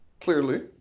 Clearly